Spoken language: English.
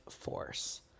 force